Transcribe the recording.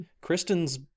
Kristen's